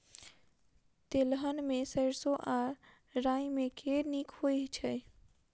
तेलहन मे सैरसो आ राई मे केँ नीक होइ छै?